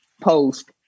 post